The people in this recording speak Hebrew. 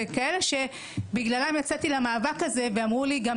וכאלה שבגללם יצאתי למאבק הזה ואמרו לי גם